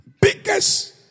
biggest